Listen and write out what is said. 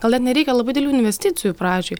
gal net nereikia labai didelių investicijų pradžiai